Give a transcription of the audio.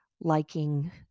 liking